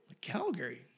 Calgary